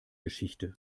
geschichte